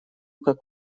как